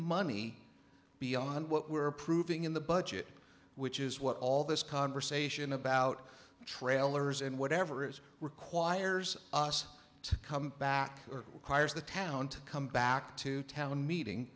money beyond what we're proving in the budget which is what all this conversation about trailers and whatever is requires us to come back or requires the town to come back to town meeting